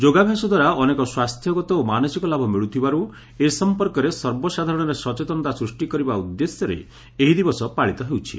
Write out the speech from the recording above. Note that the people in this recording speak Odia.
ଯୋଗାଭ୍ୟାସଦ୍ୱାରା ଅନେକ ସ୍ୱାସ୍ଥ୍ୟଗତ ଓ ମାନସିକ ଲାଭ ମିଳୁଥିବାରୁ ଏ ସମ୍ପର୍କରେ ସର୍ବସାଧାରଣରେ ସଚେତନତା ସୃଷ୍ଟି କରିବା ଉଦ୍ଦେଶ୍ୟରେ ଏହି ଦିବସ ପାଳିତ ହେଉଛି